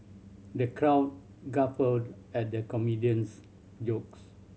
the crowd guffawed at the comedian's jokes